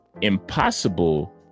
impossible